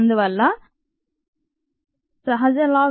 అందువల్ల సహజ లాగ్ x v 2